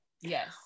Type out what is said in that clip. Yes